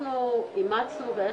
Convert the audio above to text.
אנחנו מתחילים באיחור קליל,